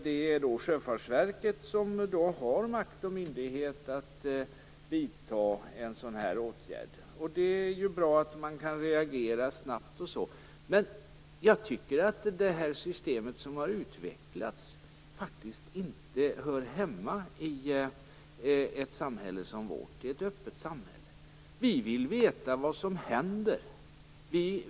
Det är Sjöfartsverket som har makt och myndighet att vidta en sådan här åtgärd, och det är ju bra att man reagerar snabbt. Men jag tycker att det system som har utvecklats faktiskt inte hör hemma i ett öppet samhälle som vårt. Vi vill veta vad som händer.